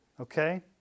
okay